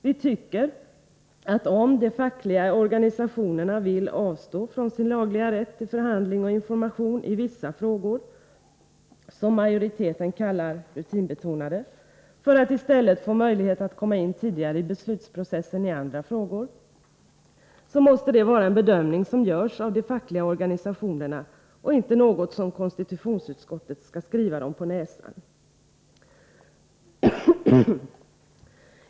Vi tycker att om de fackliga organisationerna vill avstå från sin lagliga rätt till förhandling och information i vissa frågor, vilka majoriteten kallar rutinbetonade, för att i stället få möjlighet att komma in tidigare i beslutsprocessen i andra frågor, måste det vara en bedömning som görs av de fackliga organisationerna och inte något som konstitutionsutskottet skall skriva dem på näsan.